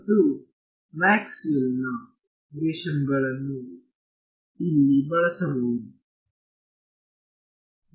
ಮತ್ತು ಮ್ಯಾಕ್ಸ್ವೆಲ್ನ ಮಿಗ್ರೇಶನ್ ಗಳನ್ನು ಇಲ್ಲಿ ಬಳಸಬಹುದು